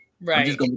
right